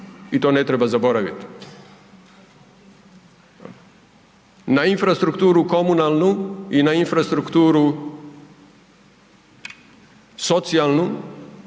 i to ne treba zaboraviti. Na infrastrukturu komunalnu i na infrastrukturu socijalnu